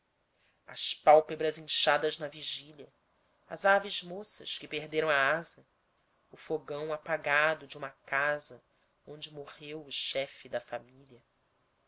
as pálpebras inchadas na vigília as aves moças que perderam a asa o fogão apagado de uma casa onde morreu o chefe da família